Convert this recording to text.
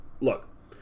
look